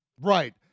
right